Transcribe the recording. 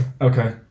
Okay